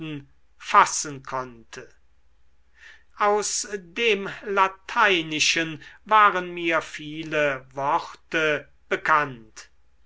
fassen konnte aus dem lateinischen waren mir viele worte bekannt